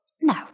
No